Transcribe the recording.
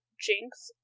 Jinx